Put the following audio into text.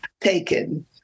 taken